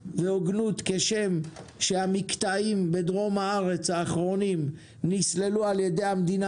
כשם שהמקטעים לדרום הארץ האחרונים נסללו על ידי המדינה